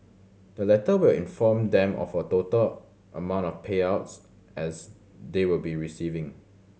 the letter will inform them of a total amount of payouts as they will be receiving